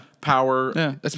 power